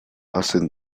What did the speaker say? hacen